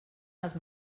als